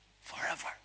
Forever